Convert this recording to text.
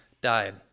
died